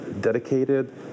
dedicated